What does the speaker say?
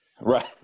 Right